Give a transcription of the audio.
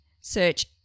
Search